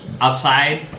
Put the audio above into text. outside